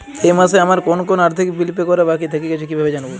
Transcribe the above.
এই মাসে আমার কোন কোন আর্থিক বিল পে করা বাকী থেকে গেছে কীভাবে জানব?